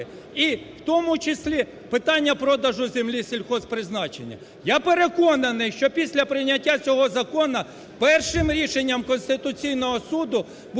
І в тому числі, питання продажу землі сільгосппризначення. Я переконаний, що після прийняття цього закону першим рішенням Конституційного Суду